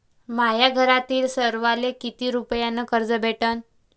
माह्या घरातील सर्वाले किती रुप्यान कर्ज भेटन?